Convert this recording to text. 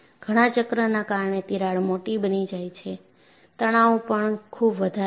ઘણા ચક્રના કારણે તિરાડ મોટી બની જાય છે તણાવ પણ ખૂબ વધારે છે